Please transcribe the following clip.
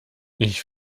ich